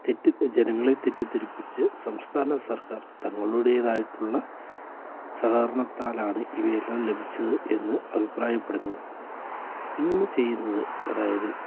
തെറ്റി ജനങ്ങളെ തെറ്റിദ്ധരിപ്പിച്ചു സംസ്ഥാന സർക്കാർ തങ്ങളുടേതായിട്ടുള്ള സഹകരണത്താലാണ് ഇവയെല്ലാം ലഭിച്ചത് എന്നു അഭിപ്രായപ്പെടുന്നു ഇങ്ങനെ ചെയ്യുന്നത് അതായത്